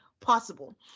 possible